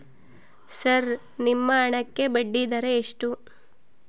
Sir ನಿಮ್ಮ ಹಣಕ್ಕೆ ಬಡ್ಡಿದರ ಎಷ್ಟು?